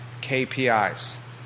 KPIs